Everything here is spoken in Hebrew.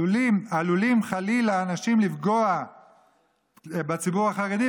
עלולים חלילה אנשים לפגוע בציבור החרדי,